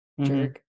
jerk